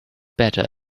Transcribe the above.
better